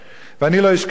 ואני לא אשכח לעולם,